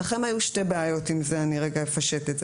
אני רגע אפשט את זה